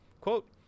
quote